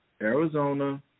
Arizona